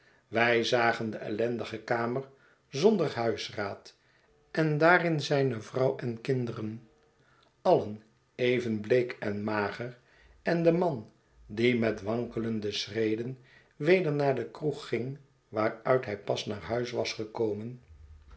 wij zagen de ellendige kamer zonder huisraad en daarin zijne vrouw en kinderen alien even bleek en mager en den man die met wankelende schreden weder naar de kroeg ging waaruit hij pas naar huis was gekomen